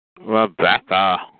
Rebecca